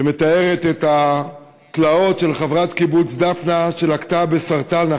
כתבה שמתארת את התלאות של חברת קיבוץ דפנה שלקתה בסרטן,